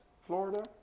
Florida